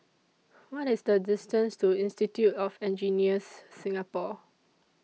What IS The distance to Institute of Engineers Singapore